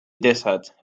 desert